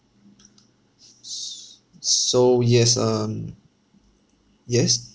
s~ so yes um yes